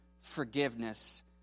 forgiveness